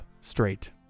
straight